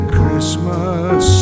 Christmas